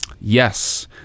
Yes